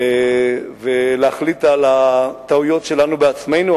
ולהחליט על הטעויות שלנו בעצמנו,